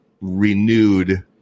renewed